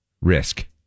risk